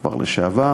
כבר לשעבר,